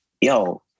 yo